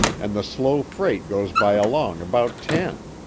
an' the slow freight goes by along about ten.